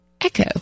Echo